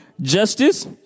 justice